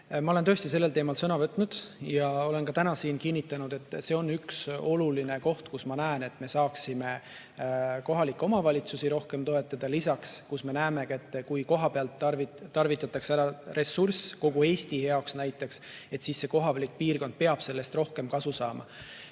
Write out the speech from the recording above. Ma olen tõesti sellel teemal sõna võtnud ja olen ka täna siin kinnitanud, et see on üks oluline koht, kus ma näen, et me saaksime kohalikke omavalitsusi rohkem toetada. Lisaks me näeme seda, et kui kohapeal tarvitatakse ära ressurss kogu Eesti jaoks, siis see kohalik piirkond peab sellest rohkem kasu saama.